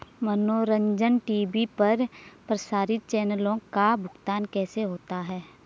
मनोरंजन टी.वी पर प्रसारित चैनलों का भुगतान कैसे होता है?